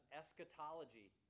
eschatology